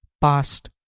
past